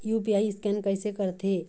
UPI scan कइसे करथे?